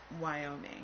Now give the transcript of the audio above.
Wyoming